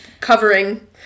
covering